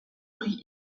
prix